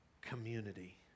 community